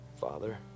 Father